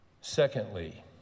Secondly